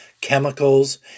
chemicals